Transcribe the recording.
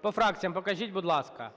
По фракціях покажіть, будь ласка.